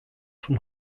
von